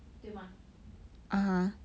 对 mah